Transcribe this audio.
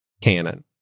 canon